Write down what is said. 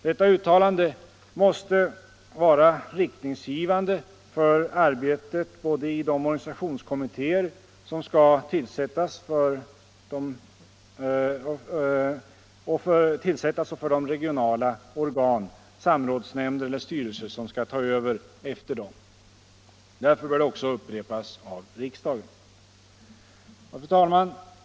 Detta uttalande måste vara riktningsgivande för arbetet både i de organisationskommittéer som skall tillsättas och för de regionala organ — samrådsnämnder eller styrelser — som skall ta över efter dem. Därför bör det också upprepas av riksdagen. Fru talman!